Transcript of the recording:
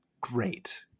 great